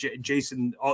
Jason